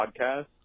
podcast